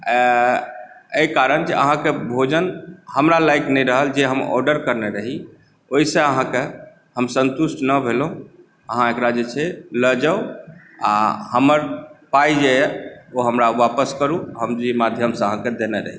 एहि कारण जे अहाँके भोजन हमरा लायक़ नहि रहल जे हम ऑडर करने रही ओहिसँ अहाँके हम सन्तुष्ट नहि भेलहुँ अहाँ एक़रा जे छै लऽ जाउ आ हमर पाइ जे अइ हमरा वापस करू हम जे माध्यमसँ अहाँके देने रही